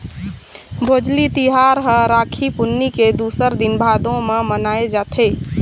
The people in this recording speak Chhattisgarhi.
भोजली तिहार ह राखी पुन्नी के दूसर दिन भादो म मनाए जाथे